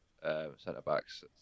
centre-backs